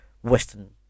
Western